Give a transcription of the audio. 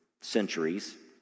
centuries